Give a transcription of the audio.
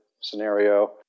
scenario